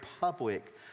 public